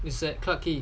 it's at clarke quay